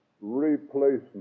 replacement